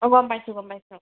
অঁ গম পাইছোঁ গম পাইছোঁ